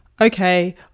okay